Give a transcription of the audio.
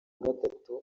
gatatu